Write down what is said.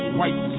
white